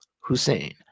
Hussein